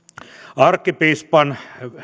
arkkipiispan